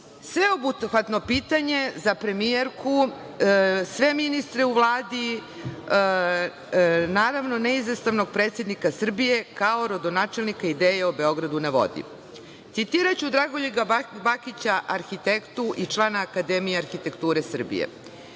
Pravilnika? Sveobuhvatno pitanje za premijerku, sve ministre u Vladi, naravno neizostavnog predsednika Srbije, kao rodonačelnika ideje o „Beogradu na vodi“. Citiraću Dragoljuba Bakića, arhitektu i člana Akademije arhitekture Srbije